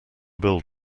build